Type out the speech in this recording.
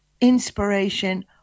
inspiration